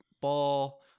ball